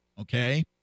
Okay